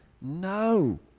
no